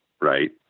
right